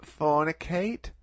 fornicate